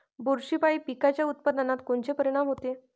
बुरशीपायी पिकाच्या उत्पादनात कोनचे परीनाम होते?